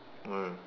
ah